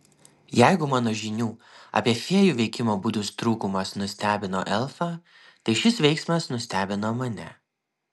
jeigu mano žinių apie fėjų veikimo būdus trūkumas nustebino elfą tai šis veiksmas nustebino mane